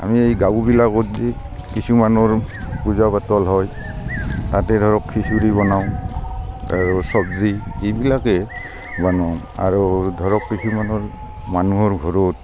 আমি এই গাঁওবিলাকত যে কিছুমানৰ পূজা পাতল হয় তাতে ধৰক খিচিৰি বনাওঁ আৰু চবজি এইবিলাকে বনাওঁ আৰু ধৰক কিছুমানৰ মানুহৰ ঘৰত